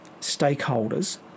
stakeholders